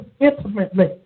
intimately